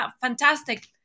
fantastic